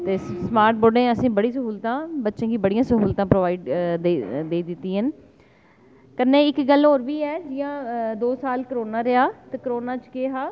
ते smart board दियां बड़ियां स्हूलतां असेंगी स्मार्ट बोर्ड दियां बड़ियां स्हूलतां बच्चें गी प्रोवाईड देई दित्तियां कन्नै गै इक्क गल्ल होर बी ऐ कि जि'यां दो साल करोना रेहा